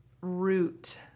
root